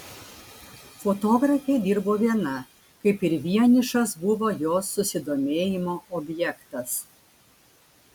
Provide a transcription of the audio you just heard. fotografė dirbo viena kaip ir vienišas buvo jos susidomėjimo objektas